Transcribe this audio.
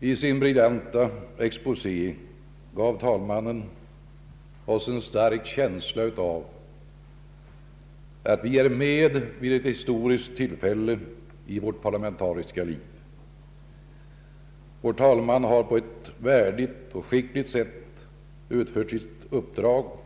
I sin briljanta exposé gav talmannen oss en stark känsla av att vi är med vid ett historiskt tillfälle i vårt parlamentariska liv. Vår talman har på ett värdigt och skickligt sätt utfört sitt uppdrag